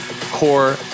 Core